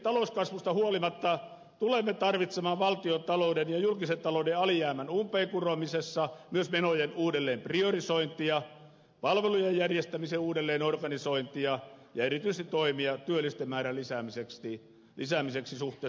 talouskasvusta huolimatta tulemme kuitenkin tarvitsemaan valtion talouden ja julkisen talouden alijäämän umpeen kuromisessa myös menojen uudelleenpriorisointia palvelujen järjestämisen uudelleenorganisointia ja erityisiä toimia työllisten määrän lisäämiseksi suhteessa väestöön